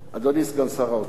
אדוני סגן שר האוצר,